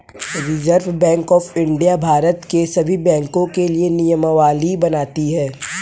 reserve bank of India Bharat के सभी बैंकों के लिए नियमावली बनाती है